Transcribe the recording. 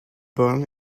born